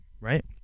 right